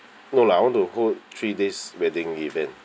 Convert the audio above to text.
no lah I want to hold three days wedding event